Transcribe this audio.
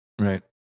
right